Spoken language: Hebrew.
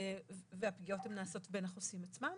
והפגיעות נעשות בין החוסים עצמם.